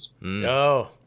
No